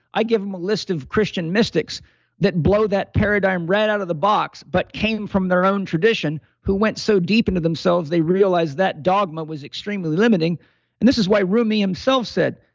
i give them a list of christian mystics that blow that paradigm right out of the box, but came from their own tradition who went so deep into themselves they realize that dogma was extremely limiting and this is why rumi himself said,